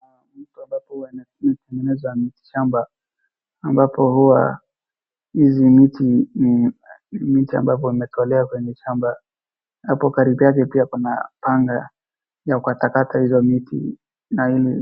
Mtu ambapo anatengeneza mitishamba Ambapo huwa hizi miti ni miti ambapo zinatolewa kwenye shamba. Hapo karibu yake pia kuna panga ya kukatakata hizo miti.